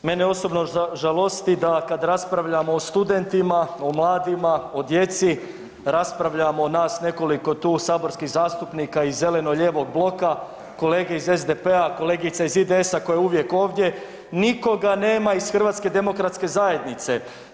Mene osobno žalosti da kada raspravljamo o studentima, o mladima, o djeci raspravljamo nas nekoliko tu saborskih zastupnika iz zeleno-lijevog bloka, kolege iz SDP-a, kolegica iz IDS-a koja je uvijek ovdje nikoga nema iz HDZ-a.